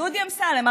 דודי אמסלם,